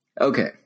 Okay